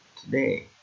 today